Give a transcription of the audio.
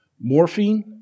morphine